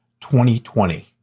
2020